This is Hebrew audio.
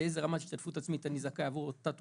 לאיזה רמת השתתפות עצמית אני זכאי עבור אותה תרופה,